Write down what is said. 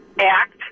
act